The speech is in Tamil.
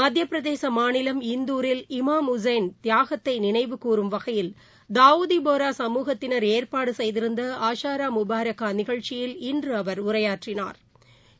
மத்திய பிரதேச மாநிலம் இந்தூரில் இமாம் உஸைள் தியாகத்தை நினைவுகூறும் வகையில் தாவூதி போரா சமூகத்தினா் ஏற்பாடு செய்திருந்த ஆஷாரா முபாரக்கா நிகழ்ச்சியில் இன்று அவா் உரையாற்றினாா்